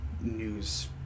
news